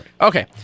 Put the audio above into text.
Okay